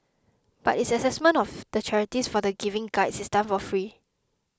but its assessment of the charities for the Giving Guides is done for free